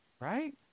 Right